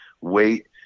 wait